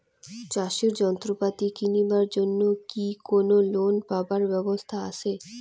চাষের যন্ত্রপাতি কিনিবার জন্য কি কোনো লোন পাবার ব্যবস্থা আসে?